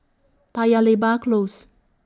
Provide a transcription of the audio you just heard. Paya Lebar Close